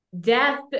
death